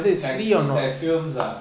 it's like films ah